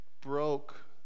broke